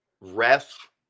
ref